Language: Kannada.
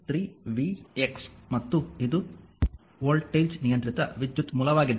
ಆದ್ದರಿಂದ i0 3vx ಮತ್ತು ಇದು ವೋಲ್ಟೇಜ್ ನಿಯಂತ್ರಿತ ವಿದ್ಯುತ್ ಮೂಲವಾಗಿದೆ